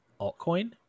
altcoin